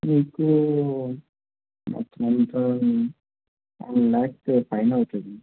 మీకు మొత్తం అంతా వన్ ల్యాక్ పైన అవుతుంది